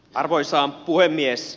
arvoisa puhemies